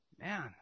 man